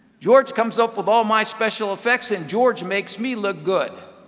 george comes up with all my special effects, and george makes me look good.